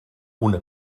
una